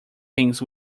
things